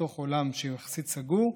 בתוך עולם שהוא יחסית סגור,